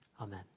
Amen